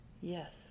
Yes